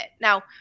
Now